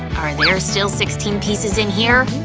are there still sixteen pieces in here?